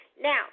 Now